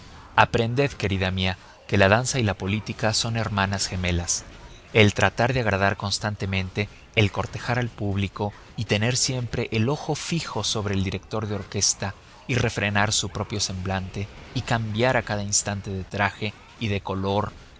aprended querida mía que la danza y la política son hermanas gemelas el tratar de agradar constantemente el cortejar al público y tener siempre el ojo fijo sobre el director de orquesta y refrenar su propio semblante y cambiar a cada instante de traje y de color